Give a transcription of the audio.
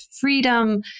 freedom